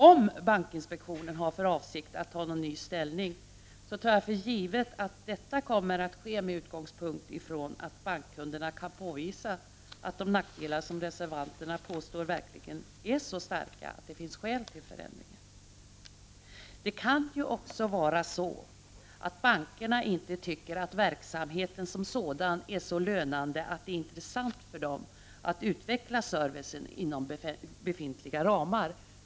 Om bankinspektionen har för avsikt att göra ett nytt ställningstagande tar jag för givet att detta kommer att ske med utgångspunkt i att bankkunderna kan påvisa att de nackdelar som reservanterna påstår finns verkligen är så stora att det finns skäl till förändringar. Det kan ju också vara så att bankerna inte tycker att verksamheten som sådan är så lönande att det är intressant för dem att utveckla servicen inom befintliga ramar.